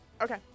Okay